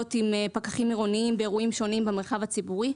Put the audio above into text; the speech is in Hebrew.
עם פקחים עירוניים באירועים שונים במרחב הציבורי.